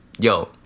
Yo